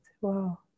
Wow